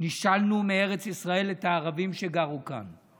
נישלנו מארץ ישראל את הערבים שגרו כאן?